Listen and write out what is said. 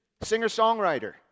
singer-songwriter